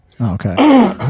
okay